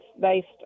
based